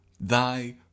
thy